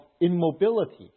immobility